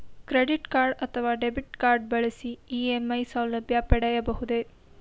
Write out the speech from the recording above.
Credit card ಅಥವಾ debit card ಬಳಸಿ EMI ಸೌಲಭ್ಯ ಪಡೆಯಬಹುದೇ?